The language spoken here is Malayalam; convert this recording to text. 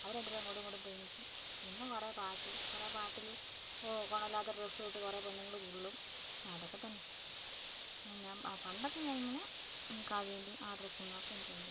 അവർ രണ്ടുപേരും അങ്ങോട്ടും ഇങ്ങോട്ടും പ്രേമിക്കും പിന്നെ കുറെ പാട്ട് കുറെ പാട്ടിൽ കോ കോണല്ലാത്ത ഡ്രസ്സ് ഇട്ട് കുറെ പെണ്ണുങ്ങൾ തുള്ളും അതൊക്കെ തന്നെ പണ്ടൊക്കെ ഞാനിങ്ങനെ കാവ്യൻ്റെയും ആ ഡ്രസ്സുങ്ങളൊക്കെ എനിക്ക് ഭയങ്കര ഇഷ്ട്ടമാണ്